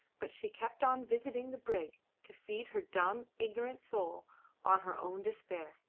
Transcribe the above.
but she kept on visiting the brig to feed her dumb, ignorant soul on her own despair.